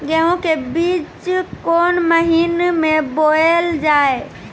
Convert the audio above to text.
गेहूँ के बीच कोन महीन मे बोएल जाए?